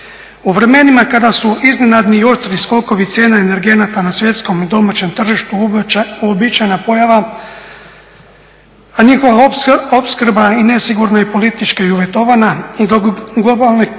U vremenima kada su iznenadni i oštri skokovi cijena energenata na svjetskom i domaćem tržištu uobičajena pojava, a njihova opskrba i nesigurne politički je uvjetovana i dok globalne